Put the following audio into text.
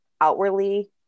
outwardly